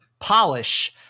Polish